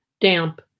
damp